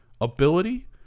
ability